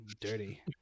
Dirty